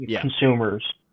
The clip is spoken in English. consumers